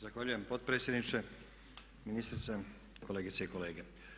Zahvaljujem potpredsjedniče, ministrice, kolegice i kolege.